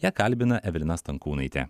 ją kalbina evelina stankūnaitė